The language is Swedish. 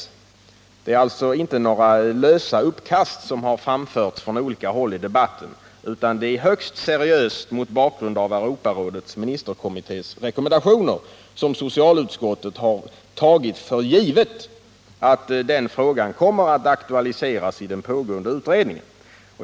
Således är det inte, som i debatten framförts från olika håll, fråga om några lösa utkast, utan socialutskottet har, mot bakgrund av Europarådets ministerkommittés rekommendationer, högst seriöst tagit för givet att denna fråga kommer att aktualiseras i den pågående utredningen.